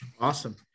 Awesome